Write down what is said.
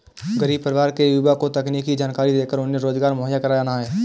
गरीब परिवार के युवा को तकनीकी जानकरी देकर उन्हें रोजगार मुहैया कराना है